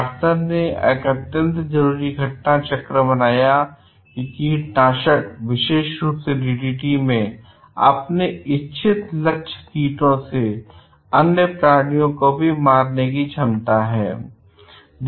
Carson ने एक अत्यंत जरूरी घटना चक्र बनाया कि कीटनाशक विशेष रूप से डीडीटी में अपने इच्छित लक्ष्य कीटों से अलग अन्य प्राणियों को मार रहे थे